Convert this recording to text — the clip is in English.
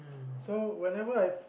so whenever I